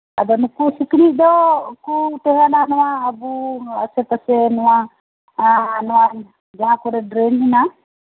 ᱟᱫᱚ ᱱᱩᱠᱩ ᱥᱤᱠᱲᱤᱡ ᱫᱚᱠᱚ ᱛᱟᱦᱮᱱᱟ ᱟᱵᱚ ᱟᱥᱮ ᱯᱟᱥᱮ ᱡᱟᱦᱟᱸ ᱠᱚᱨᱮᱫ ᱰᱨᱮᱱ ᱦᱮᱱᱟᱜᱼᱟ